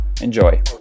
enjoy